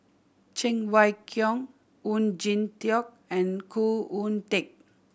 Cheng Wai Keung Oon Jin Teik and Khoo Oon Teik